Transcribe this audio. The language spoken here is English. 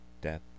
Death